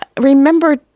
remember